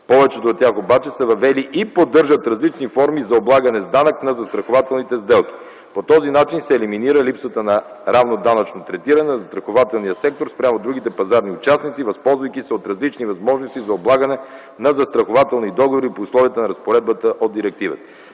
Повечето от тях обаче са въвели и поддържат различни форми за облагане с данък на застрахователните сделки. По този начин се елиминира липсата на равно данъчно третиране на застрахователния сектор спрямо другите пазарни участници, възползвайки се от различни възможности за облагане на застрахователни договори при условията на разпоредбата от Директивата.